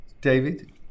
David